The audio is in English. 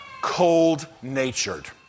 cold-natured